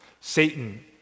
Satan